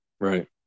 Right